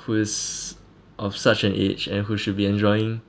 who is of such an age and who should be enjoying